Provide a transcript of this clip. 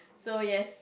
so yes